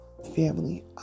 Family